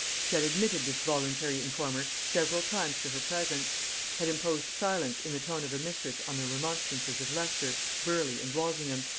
she had admitted this voluntary informer several times to her presence had imposed silence in the tone of a mistress on the remonstrances of leicester, burleigh, and walsingham,